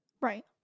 right